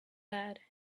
bad